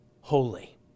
holy